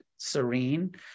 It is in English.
serene